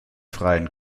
freien